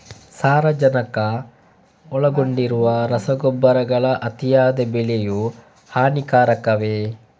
ಸಾರಜನಕ ಒಳಗೊಂಡಿರುವ ರಸಗೊಬ್ಬರಗಳ ಅತಿಯಾದ ಬಳಕೆಯು ಹಾನಿಕಾರಕವೇ?